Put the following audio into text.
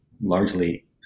largely